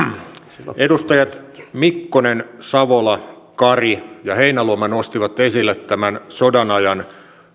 edustajat mikkonen savola kari ja heinäluoma nostivat esille tämän sodanajan